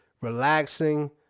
relaxing